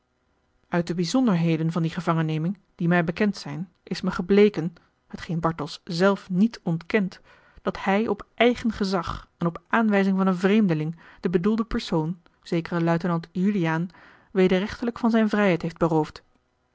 uit de bijzonderheden van die gevangenneming die mij bekend zijn is me gebleken hetgeen bartels zelf niet ontkent dat hij op eigen gezag en op aanwijzing van een vreemdeling den bedoelden persoon zekeren luitenant juliaan wederrechtelijk van zijne vrijheid heeft beroofd